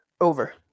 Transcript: Over